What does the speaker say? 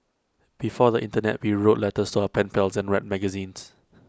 before the Internet we wrote letters to our pen pals and read magazines